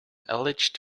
alleged